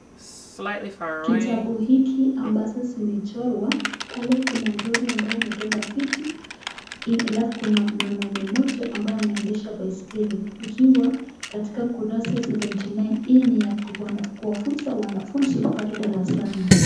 Kitabu hiki amazo zimechorwa pale kuna lori ambayo imebeba vitu halafu kuna mwanaume mmoja ambaye anaendesha baiskeli, ikiwa katika kurasa seventy nine hii ni ya kuwafunza wanafunzi pale darasani.